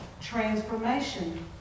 transformation